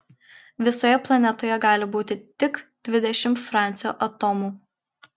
visoje planetoje gali būti tik dvidešimt francio atomų